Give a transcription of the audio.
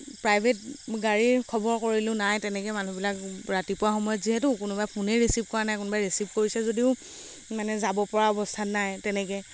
private গাড়ীৰ খবৰ কৰিলোঁ নাই তেনেকে মানুহবিলাক ৰাতিপুৱা সময়ত যিহেতু কোনোবাই ফোনেই ৰিচিভ কৰা নাই কোনোবাই ৰিচিভ কৰিছে যদিও মানে যাব পৰা অৱস্থাত নাই তেনেকে